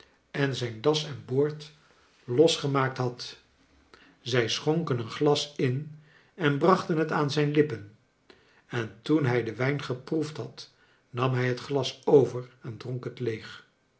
en zijn das en boord losgemaakt had zij schonken een glas in en brachten het aan zijn lippen en toen hij den wijn geproefd had nam hij het glas over en droak het leeg